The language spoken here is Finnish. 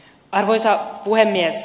arvoisa puhemies